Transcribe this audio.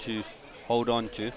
to hold on to